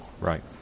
Right